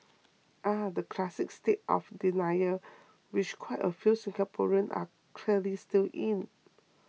ah the classic state of denial which quite a few Singaporeans are clearly still in